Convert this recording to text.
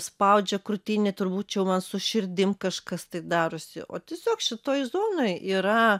spaudžia krūtinę turbūt čia jau man su širdim kažkas tai darosi o tiesiog šitoj zonoj yra